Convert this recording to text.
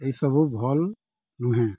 ଏଇସବୁ ଭଲ୍ ନୁହେଁ